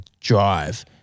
drive